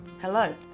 Hello